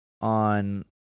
on